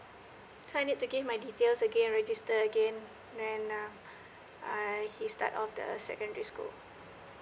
turn it to give my details again register again and uh err he start on the secondary school